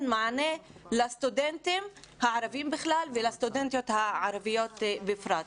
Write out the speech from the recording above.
מענה לסטודנטים הערבים בכלל ולסטודנטיות הערביות בפרט.